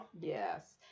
Yes